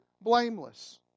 blameless